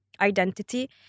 identity